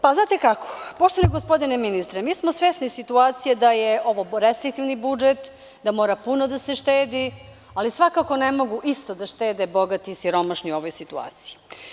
Poštovani gospodine ministre, svesni smo situacije da je ovo restriktivni budžet, da mora puno da se štedi, ali svakako ne mogu isto da štede bogati i siromašni u ovoj situaciji.